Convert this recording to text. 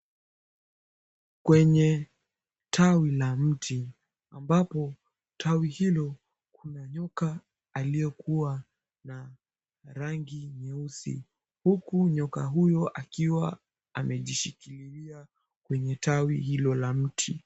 Kwenye tawi la mti ambapo tawi hilo kuna nyoka aliyekuwa na rangi nyeusi, huku nyoka huyo akiwa amejishikilia kwenye tawi hilo la mti.